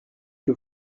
que